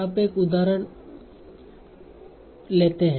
अब एक और उदाहरण लेते हैं